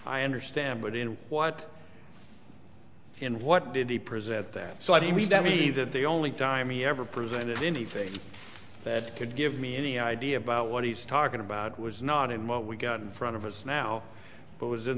i understand but in what and what did he present there so i mean to me that the only time he ever presented anything that could give me any idea about what he's talking about was not in what we got in front of us now but was in